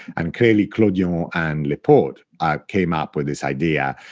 and clearly clodion and lepaute came up with this idea.